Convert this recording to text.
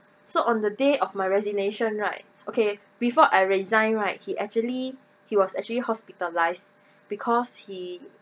so on the day of my resignation right okay before I resign right he actually he was actually hospitalised because he